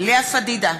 לאה פדידה,